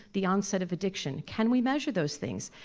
the onset of addiction, can we measure those things?